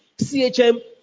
CHM